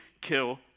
kill